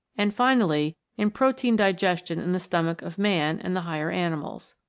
and, finally, in protein digestion in the stomach of man and the higher animals.